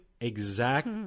exact